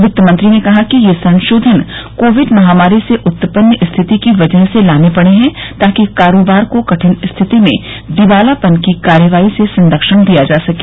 वित्तमंत्री ने कहा कि ये संशोधन कोविड महामारी से उत्पन्न स्थिति की वजह से लाने पड़े हैं ताकि कारोबार को कठिन स्थिति में दिवालापन की कार्रवाई से संरक्षण दिया जा सके